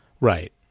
Right